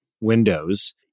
windows